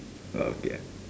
uh